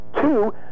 Two